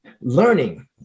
learning